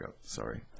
sorry